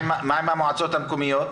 מה עם המועצות המקומיות?